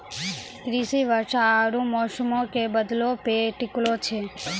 कृषि वर्षा आरु मौसमो के बदलै पे टिकलो छै